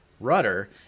rudder